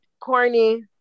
corny